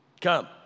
come